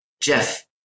Jeff